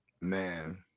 Man